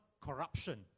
corruption